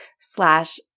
slash